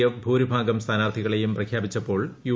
F ഭൂരിഭാഗം സ്ഥാനാർത്ഥികളെയും പ്രഖ്യാപിച്ചപ്പോൾ യു